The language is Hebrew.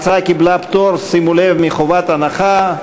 שימו לב, ההצעה קיבלה פטור מחובת הנחה.